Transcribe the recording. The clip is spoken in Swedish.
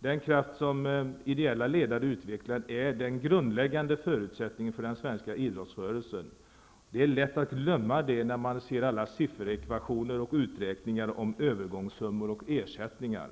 Den kraft som ideella ledare utvecklar är den grundläggande förutsättningen för den svenska idrottsrörelsen. Det är lätt att glömma det när man ser alla sifferekvationer och uträkningar om övergångssummor och ersättningar.